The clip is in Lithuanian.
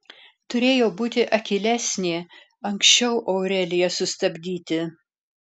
turėjo būti akylesnė anksčiau aureliją sustabdyti